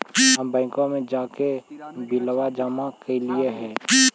हम बैंकवा मे जाके बिलवा जमा कैलिऐ हे?